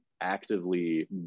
actively